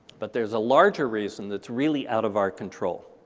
but there's a larger reason that's really out of our control.